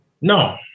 No